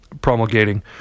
promulgating